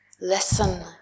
Listen